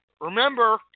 Remember